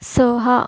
सहा